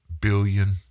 billion